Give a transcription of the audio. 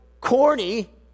corny